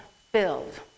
filled